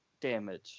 damage